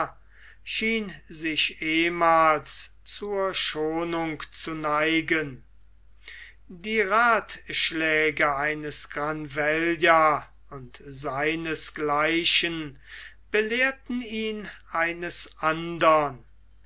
sich ehmals zur schonung zu neigen die rathschläge eines granvella und seines gleichen belehrten ihn eines andern